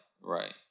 Right